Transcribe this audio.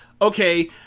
okay